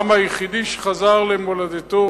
העם היחידי שחזר למולדתו